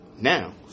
now